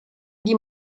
die